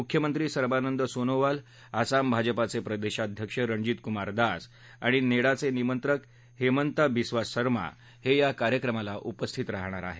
मुख्यमंत्री सर्वानंद सोनोवाल आसाम भाजपाचे प्रदेशाध्यक्ष रणजित कुमार दास आणि नेडाचे निमंत्रक हेमंता बिस्वा सर्मा हे या कार्यक्रमाला उपस्थित राहतील